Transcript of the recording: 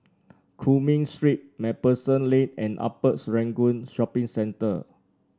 Cumming Street MacPherson Lane and Upper Serangoon Shopping Centre